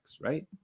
right